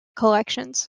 collections